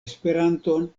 esperanton